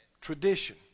Tradition